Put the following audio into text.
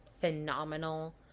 phenomenal